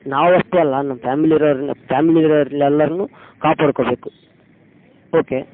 ನಾವಷ್ಟೆ ಅಲ್ಲ ನಮ್ಮ ಫ್ಯಾಮ್ಲಿ ಇರೋರನ್ನೆ ಫ್ಯಾಮ್ಲಿ ಇರೋರೆಲ್ಲರನ್ನು ಕಾಪಾಡ್ಕೊಬೇಕು ಓಕೆ